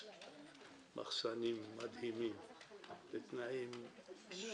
מחסנים מדהימים בתנאים סופר --- אלי,